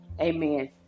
Amen